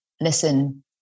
listen